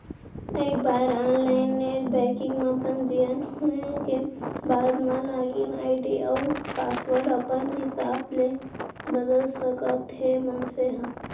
एक बार online net banking म पंजीयन होए के बाद म लागिन आईडी अउ पासवर्ड अपन हिसाब ले बदल सकत हे मनसे ह